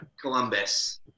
Columbus